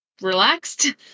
relaxed